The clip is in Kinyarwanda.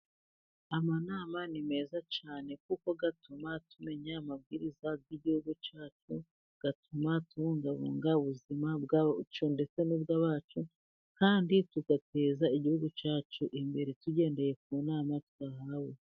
Amanama ni meza cyane kuko atuma tumenya amabwiriza y'igihugu cyacu, atuma tubungabunga ubuzima bwacu ndetse n'ubw'abacu kandi tugateza igihugu cyacu imbere, tugendeye ku nama twahawe.